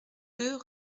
deux